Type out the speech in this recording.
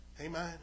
Amen